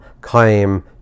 claim